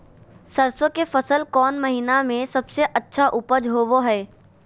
सरसों के फसल कौन महीना में सबसे अच्छा उपज होबो हय?